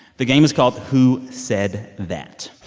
the game is called who said that?